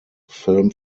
film